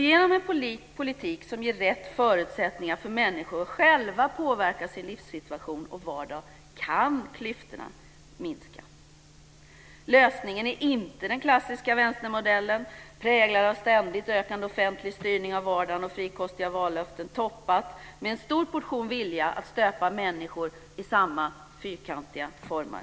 Genom en politik som ger rätt förutsättningar för människor att själva påverka sin livssituation och vardag kan klyftorna minska. Lösningen är inte den klassiska vänstermodellen, präglad av ständigt ökande offentlig styrning av vardagen och frikostiga vallöften, toppat med en stor portion vilja att stöpa människor i samma fyrkantiga form.